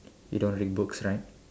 you don't read books right